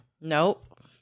Nope